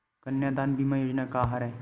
कन्यादान बीमा योजना का हरय?